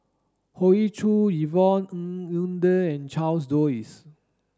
Hoey Choo Yvonne Ng Uhde and Charles Dyce